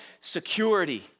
security